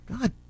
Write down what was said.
God